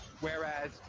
whereas